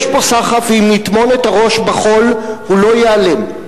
יש פה סחף, ואם נטמון את הראש בחול הוא לא ייעלם.